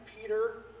Peter